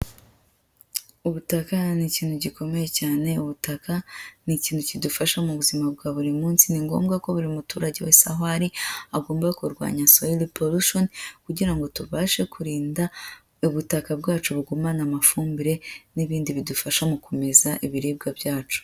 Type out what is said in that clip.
Ubutaka ni ikintu gikomeye cyane, ubutaka ni ikintu kidufasha mu buzima bwa buri munsi. Ni ngombwa ko buri muturage wese aho ari, agomba kurwanya soil pollution, kugira ngo tubashe kurinda ubutaka bwacu bugumane amafumbire, n'ibindi bidufasha mu kumeza ibiribwa byacu.